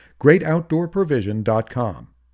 GreatOutdoorProvision.com